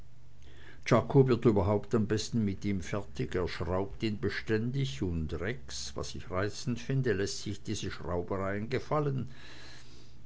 czako wird überhaupt am besten mit ihm fertig er schraubt ihn beständig und rex was ich reizend finde läßt sich diese